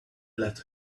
let